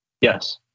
Yes